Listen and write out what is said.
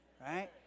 right